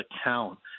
account